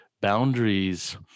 boundaries